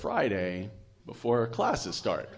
friday before classes start